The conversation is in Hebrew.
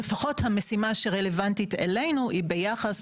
המשימה שרלוונטית אלינו היא ביחס